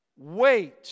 Wait